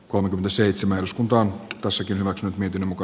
kolmekymmentäseitsemän uskontoon kussakin maksut miten muka